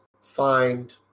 find